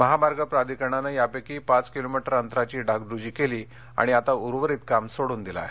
महामार्ग प्राधिकरणाने यापैकी पाच किलोमीटर अंतराची डागडुजी केली आणि आता उर्वरित काम सोडून दिलं आहे